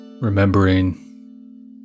Remembering